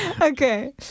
Okay